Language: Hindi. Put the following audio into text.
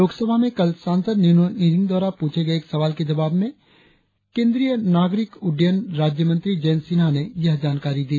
लोकसभा में कल सांसद निनोंग ईरिंग द्वारा पूछे गए एक सवाल के जवाब में केंद्रीय नागरिक उड्डयन राज्य मंत्री जयंत सिन्हा ने यह जानकारी दी